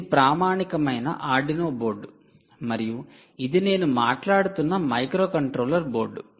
ఇది ప్రామాణికమైన 'Arduino board board' మరియు ఇది నేను మాట్లాడుతున్న మైక్రోకంట్రోలర్ బోర్డు